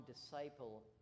disciple